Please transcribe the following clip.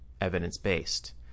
evidence-based